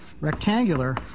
rectangular